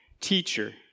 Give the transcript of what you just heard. Teacher